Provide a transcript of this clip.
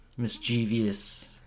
Mischievous